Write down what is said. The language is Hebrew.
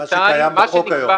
מה שקיים בחוק היום.